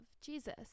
Jesus